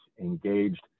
engaged